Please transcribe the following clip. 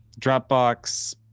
dropbox